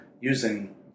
using